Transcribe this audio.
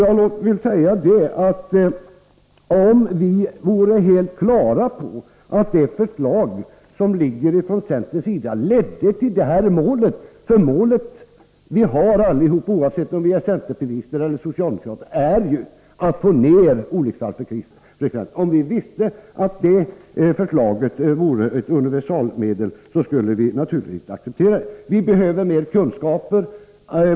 Låt mig säga att om vi vore helt på det klara med att det förslag som lagts fram från centerns sida vore ett universalmedel som ledde till målet — det mål som vi allihop, oavsett om vi är centerpartister eller socialdemokrater, vill nå — att få ner olycksfallsfrekvensen, skulle vi naturligtvis acceptera det. Vi behöver mer kunskaper.